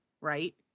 right